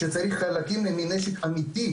שצריך חלקים מנשק אמיתי,